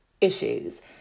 issues